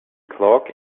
clock